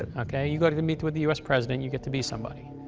okay. you go to meet with the u s. president, you get to be somebody.